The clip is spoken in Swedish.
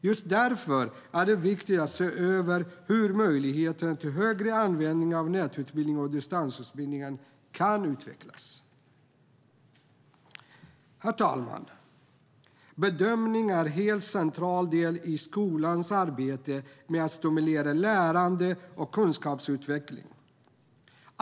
Just därför är det viktigt att se över hur möjligheten till högre användning av nätutbildningar och distansutbildningar kan utvecklas. Herr talman! Bedömning är en helt central del i skolans arbete med att stimulera lärande och kunskapsutveckling.